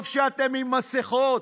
טוב שאתם עם מסכות,